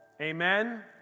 Amen